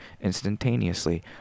instantaneously